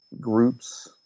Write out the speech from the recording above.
groups